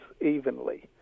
evenly